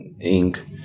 ink